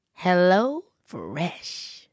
HelloFresh